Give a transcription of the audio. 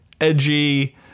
edgy